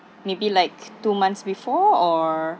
maybe like two months before or